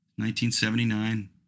1979